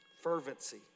Fervency